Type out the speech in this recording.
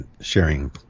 sharing